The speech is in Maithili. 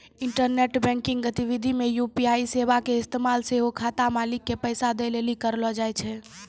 इंटरनेट बैंकिंग गतिविधि मे यू.पी.आई सेबा के इस्तेमाल सेहो खाता मालिको के पैसा दै लेली करलो जाय छै